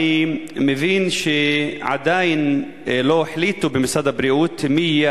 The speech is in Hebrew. אני מבין שעדיין לא החליטו במשרד הבריאות מי יהיה